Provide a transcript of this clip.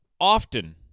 often